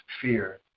fear